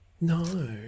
No